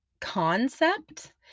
concept